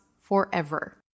forever